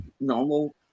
normal